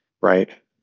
right